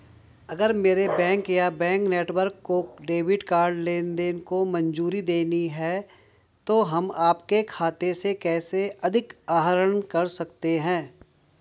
अगर मेरे बैंक या बैंक नेटवर्क को डेबिट कार्ड लेनदेन को मंजूरी देनी है तो हम आपके खाते से कैसे अधिक आहरण कर सकते हैं?